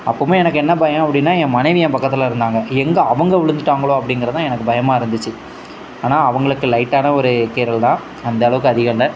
அப்போதுமே எனக்கு என்ன பயம் அப்படினா என் மனைவி என் பக்கத்தில் இருந்தாங்க எங்கே அவங்கள் விழுந்துட்டாங்களோ அப்படிங்குறதுதான் எனக்கு பயமாக இருந்துச்சு ஆனால் அவர்களுக்கு லைட்டான ஒரு கீறல் தான் அந்த அளவுக்கு அதிகமில்ல